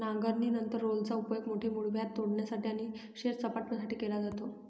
नांगरणीनंतर रोलरचा उपयोग मोठे मूळव्याध तोडण्यासाठी आणि शेत सपाट करण्यासाठी केला जातो